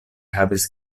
havis